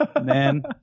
man